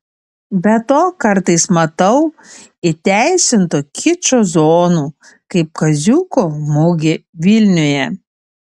be to kartais matau įteisinto kičo zonų kaip kaziuko mugė vilniuje